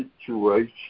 situation